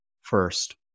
first